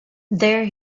there